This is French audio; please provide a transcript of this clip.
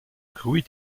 great